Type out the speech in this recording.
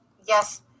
yes